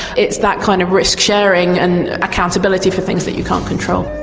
it's that kind of risk sharing and accountability for things that you can't control.